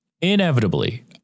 Inevitably